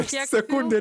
šią sekundę